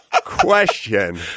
question